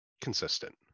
consistent